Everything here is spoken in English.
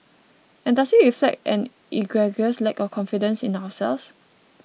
and does it reflect an egregious lack of confidence in ourselves